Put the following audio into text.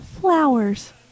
flowers